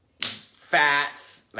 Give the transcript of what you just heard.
fats